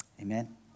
Amen